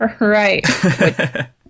Right